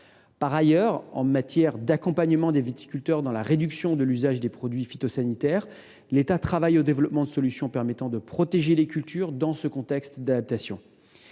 Par ailleurs, l’État accompagne les viticulteurs dans leur effort de réduction de l’usage des produits phytosanitaires en travaillant au développement de solutions permettant de protéger les cultures dans ce contexte d’adaptation.